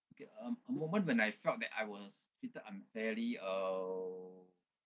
okay a a moment when I felt that I was treated unfairly uh